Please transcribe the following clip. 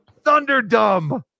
Thunderdumb